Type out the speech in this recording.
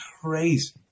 crazy